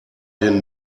den